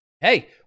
hey